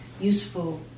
useful